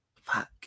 Fuck